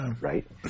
right